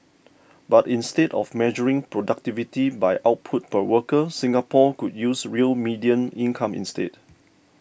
but instead of measuring productivity by output per worker Singapore could use real median income instead